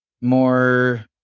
more